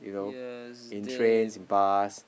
yeah it's them